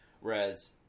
Whereas